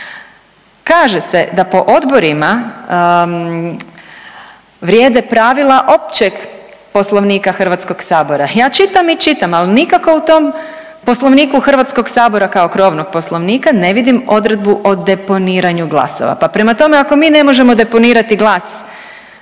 Kaže se da po odborima vrijede pravila općeg Poslovnika Hrvatskog sabora. Ja čitam i čitam, ali nikako u tom Poslovniku Hrvatskog sabora kao krovnog poslovnika ne vidim odredbu o deponiranju glasova, pa prema tome ako mi ne možemo deponirati glas